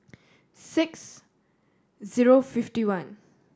six zero fifty one